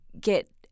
get